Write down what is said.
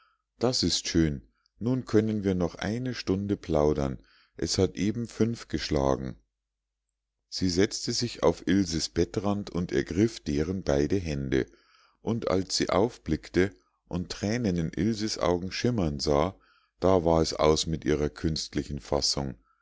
das ist schön nun können wir noch eine ganze stunde plaudern es hat eben fünf geschlagen sie setzte sich auf ilses bettrand und ergriff deren beide hände und als sie aufblickte und thränen in ilses augen schimmern sah da war es aus mit ihrer künstlichen fassung